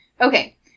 Okay